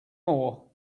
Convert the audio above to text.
more